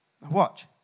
Watch